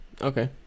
okay